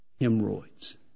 hemorrhoids